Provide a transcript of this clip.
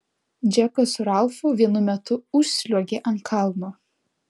džekas su ralfu vienu metu užsliuogė ant kalno